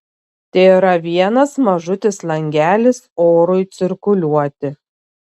tėra vienas mažutis langelis orui cirkuliuoti